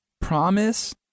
Promise